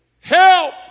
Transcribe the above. help